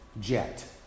jet